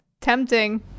Tempting